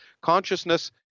Consciousness